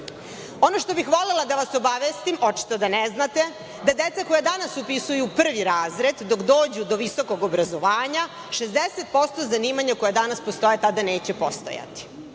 što bih volela da vas obavestim, očito da ne znate, da deca koja danas upisuju prvi razred, dok dođu do visokog obrazovanja, 60% zanimanja koja danas postoje tada neće postojati.